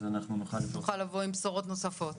אז אנחנו נוכל --- נוכל לבוא עם בשורות נוספות.